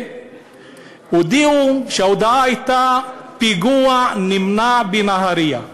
וההודעה הייתה: פיגוע נמנע בנהריה.